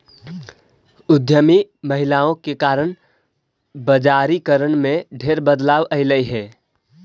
उद्यमी महिलाओं के कारण बजारिकरण में ढेर बदलाव अयलई हे